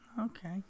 Okay